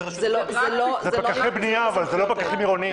זה לא פקחים עירוניים.